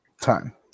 Time